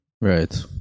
Right